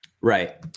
Right